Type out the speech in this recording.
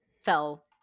fell